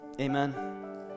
Amen